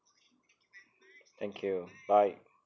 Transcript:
thank you bye